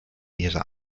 ihrer